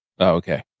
okay